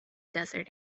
desert